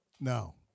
No